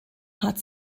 hat